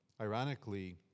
Ironically